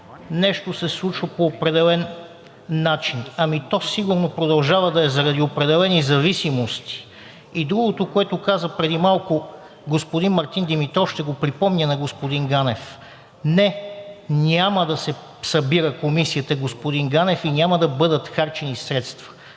нещо се случва по определен начин. Ами то сигурно продължава да е заради определени зависимости. И другото, което каза преди малко господин Мартин Димитров, ще го припомня на господин Ганев. Не, няма да се събира Комисията, господин Ганев, и няма да бъдат харчени средства.